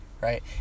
right